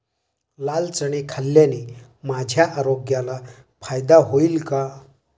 लाल चणे खाल्ल्याने माझ्या आरोग्याला फायदा होईल का?